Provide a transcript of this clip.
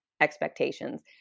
expectations